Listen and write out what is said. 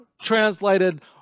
translated